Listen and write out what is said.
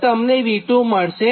તો તમને V2 મળશે